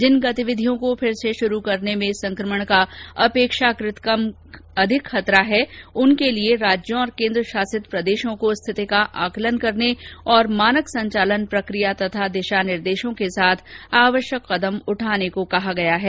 जिन गतिविधियों को फिर से शुरू करने में संकमण का अपेक्षाकृत अधिक खतरा है उनके लिए राज्यों और केन्द्र शासित प्रदेशों को स्थिति का आंकलन करने और मानक संचालन प्रकिया तथा दिशा निर्देशों के साथ आवश्यक कदम उठाने को कहा गया है